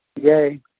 yay